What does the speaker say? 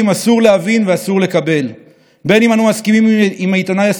הכנסת, גברתי השרה, אדוני סגן השר,